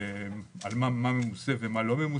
מה ממוסה ומה לא.